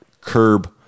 curb